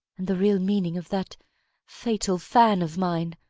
and the real meaning of that fatal fan of mine.